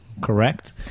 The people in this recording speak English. correct